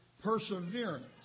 perseverance